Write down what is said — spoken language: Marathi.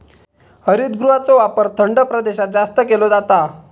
हरितगृहाचो वापर थंड प्रदेशात जास्त केलो जाता